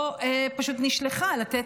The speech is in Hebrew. או פשוט נשלחה לתת